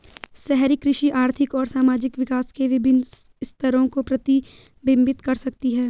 शहरी कृषि आर्थिक और सामाजिक विकास के विभिन्न स्तरों को प्रतिबिंबित कर सकती है